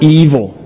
evil